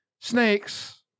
Snakes